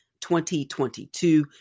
2022